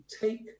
take